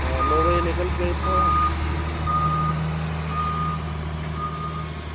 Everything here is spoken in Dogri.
आं नौ बजे निकलगे इत्थुआं